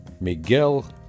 Miguel